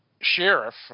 sheriff